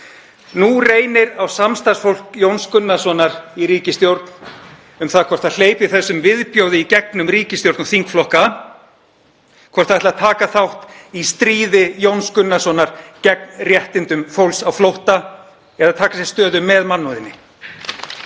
Nú reynir á samstarfsfólk Jóns Gunnarssonar í ríkisstjórn um það hvort það hleypi þessum viðbjóði í gegnum ríkisstjórn og þingflokka, hvort það ætli að taka þátt í stríði Jóns Gunnarssonar gegn réttindum fólks á flótta eða taka sér stöðu með mannúðinni.